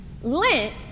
Lent